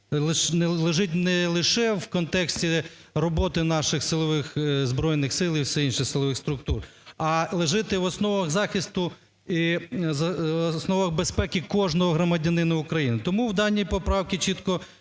лежить не лише в контексті роботи наших силових Збройних Сил і все інше, силових структур, а лежить і в основах захисту, в основах безпеки кожного громадянина України. Тому в даній поправці чітко